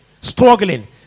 struggling